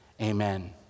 amen